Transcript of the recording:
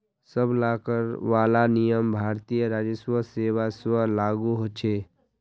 सब ला कर वाला नियम भारतीय राजस्व सेवा स्व लागू होछे